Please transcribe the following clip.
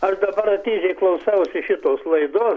aš dabar atidžiai klausausi šitos laidos